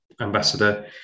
ambassador